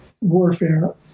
warfare